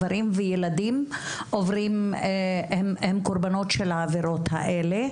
גם הגברים וילדים הם קורבנות העבירות האלה.